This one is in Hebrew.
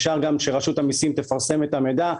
רשות המסים יכולה לפרסם את המידע,